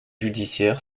judiciaire